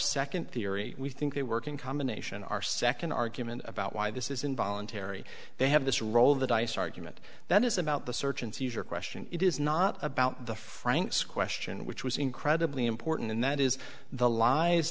second theory we think they work in combination are second argument about why this is involuntary they have this role of the dice argument that is about the search and seizure question it is not about the franks question which was incredibly important and that is the l